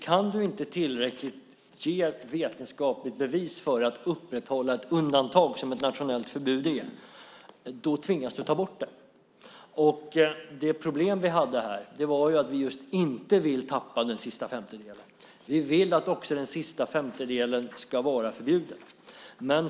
Kan du inte ge tillräckliga vetenskapliga bevis för att upprätthålla ett undantag, som ett nationellt förbud är, tvingas du ta bort det. Det problem vi hade här var just att vi inte ville tappa den sista femtedelen. Vi vill att också den sista femtedelen ska vara förbjuden.